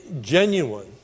genuine